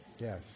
Yes